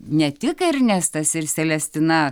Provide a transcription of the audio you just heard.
ne tik ernestas ir selestina